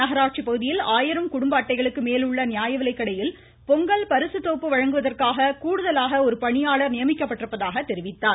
நகராட்சி பகுதியில் ஆயிரம் குடும்ப அட்டைகளுக்கு மேல் உள்ள நியாயவிலைக்கடையில் பொங்கல் பரிசு தொகுப்பு வழங்குவதற்காக கூடுதலாக ஒரு பணியாளர் நியமிக்கப்பட்டிருப்பதாக தெரிவித்தார்